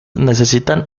necesitan